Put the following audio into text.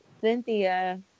Cynthia